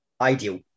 Ideal